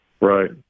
Right